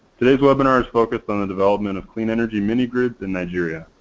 today's webinar is focused on the development of clean energy mini-grids in nigeria.